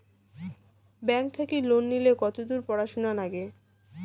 Bank থাকি loan নিলে কতদূর পড়াশুনা নাগে?